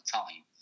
time